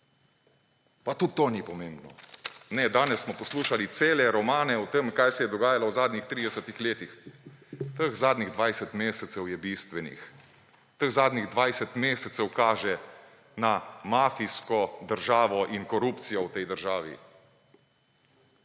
Pa tudi to ni pomembno. Ne, danes smo poslušali cele romane o tem, kaj se je dogajalo v zadnjih 30 letih. Teh zadnjih 20 mesecev je bistvenih. Teh zadnjih 20 mesecev kaže na mafijsko državo in korupcijo v tej državi.